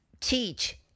teach